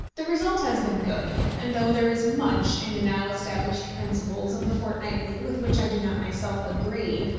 the result has been good and though there is much in the now established principles of the fortnightly with which i do not myself agree,